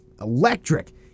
electric